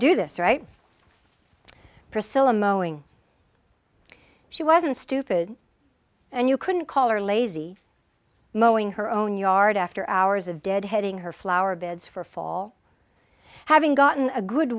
do this right priscilla mo ing she wasn't stupid and you couldn't call or lazy mo ing her own yard after hours of deadheading her flowerbeds for fall having gotten a good